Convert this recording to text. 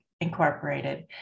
Incorporated